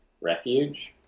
Refuge